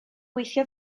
gweithio